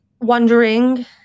wondering